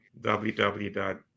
www